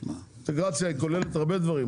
אינטגרציה היא כוללת הרבה דברים,